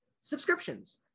subscriptions